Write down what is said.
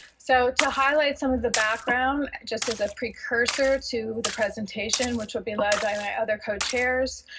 so to highlight some of the background just as a precursor to the presentation, which will be led by my other co-chairs,